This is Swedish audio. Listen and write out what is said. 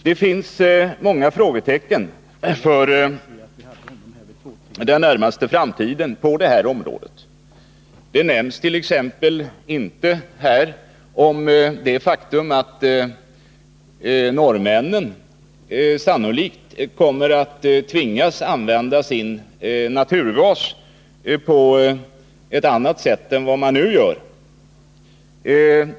Det finns många frågetecken för den närmaste framtiden på det här området — exempelvis det faktum att norrmännen sannolikt kommer att tvingas använda sin naturgas på ett annat sätt än de nu gör.